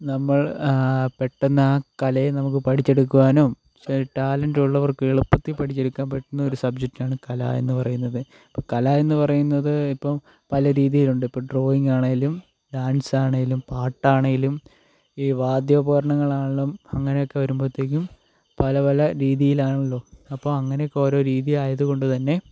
നമ്മൾ പെട്ടെന്ന് ആ കലയെ നമുക്ക് പഠിച്ചെടുക്കുവാനും സോ ഈ ടാലൻ്റ് ഉള്ളവർക്ക് എളുപ്പത്തിൽ പഠിച്ചെടുക്കാൻ പറ്റുന്നൊരു സബ്ജറ്റ് ആണ് കല എന്ന് പറയുന്നത് ഇപ്പോൾ കല എന്ന് പറയുന്നത് ഇപ്പം പല രീതിയിലുണ്ട് ഇപ്പോൾ ഡ്രോയിങ് ആണെങ്കിലും ഡാൻസ് ആണെങ്കിലും പാട്ടാണെങ്കിലും ഈ വാദ്യോപകരണങ്ങളാണെങ്കിലും അങ്ങനെയൊക്കെ വരുമ്പോഴത്തേക്കും പല പല രീതിയിലാണാല്ലോ അപ്പോൾ അങ്ങനെയൊക്കെ ഓരോ രീതി ആയതുകൊണ്ടു തന്നെ